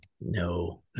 No